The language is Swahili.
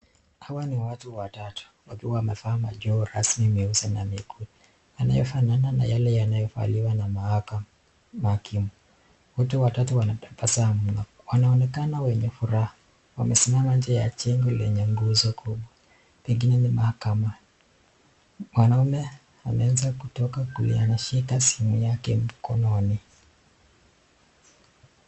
Hawa ni watu watatu wakiwa wamevaa majoho rasmi meusi na miguu inayofanana na yale yanayovaliwa na mahakama mahakimu. Wote watatu wanatabasamu na wanaonekana wenye furaha. Wamesimama nje ya jengo lenye nguzo kubwa, pengine ni mahakama. Mwanamume ameinza kutoka kulia anashika simu yake mkononi.